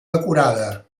decorada